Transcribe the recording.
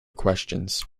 questions